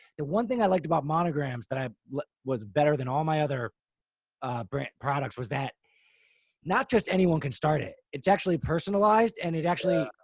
the one thing i liked about monograms that i like was better than all my other brand products. was that not just anyone can start it, it's actually personalized. and it actually,